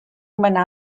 manà